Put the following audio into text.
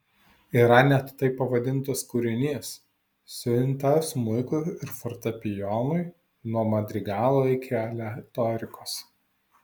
yra net taip pavadintas kūrinys siuita smuikui ir fortepijonui nuo madrigalo iki aleatorikos